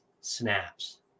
snaps